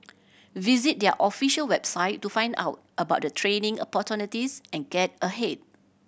visit their official website to find out about the training opportunities and get ahead